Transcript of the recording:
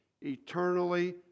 Eternally